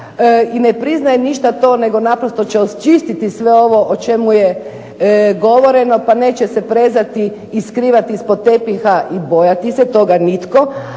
i ne priznaje ništa to, nego naprosto će očistiti sve ovo o čemu je govoreno, pa neće se prezati i skrivati ispod tepiha i bojati se toga nitko,